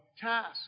task